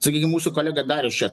sakykim mūsų kolega darius čia